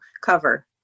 cover